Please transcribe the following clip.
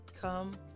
come